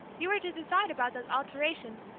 you were to decide about those alterations,